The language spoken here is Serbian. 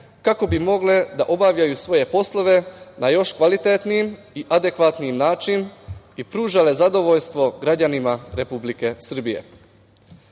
kako bi mogle da obavljaju svoje poslove na još kvalitetniji i adekvatniji način i pružale zadovoljstvo građanima Republike Srbije.I